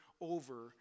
over